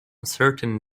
certain